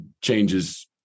changes